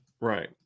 right